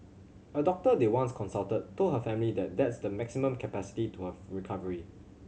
a doctor they once consulted told her family that that's the maximum capacity to her recovery